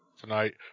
tonight